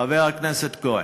חבר הכנסת כהן,